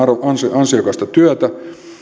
ansiokasta työtä